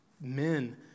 men